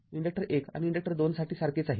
inductor १ आणि inductor २ साठी सारखेच आहे